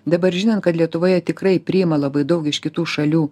dabar žinan kad lietuvoje tikrai priima labai daug iš kitų šalių